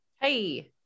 Hey